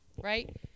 right